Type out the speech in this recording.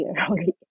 already